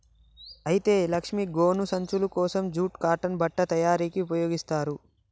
అయితే లక్ష్మీ గోను సంచులు కోసం జూట్ కాటన్ బట్ట తయారీకి ఉపయోగిస్తారు